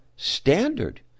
standard